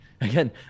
again